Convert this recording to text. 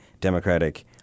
Democratic